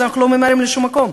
אז אנחנו לא ממהרים לשום מקום.